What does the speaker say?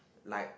like